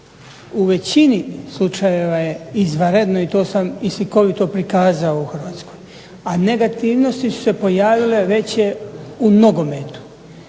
u većini slučajeva je izvanredno i to sam slikovito prikazao u Hrvatskoj. A negativnosti su se pojavile već u nogometu.